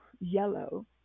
yellow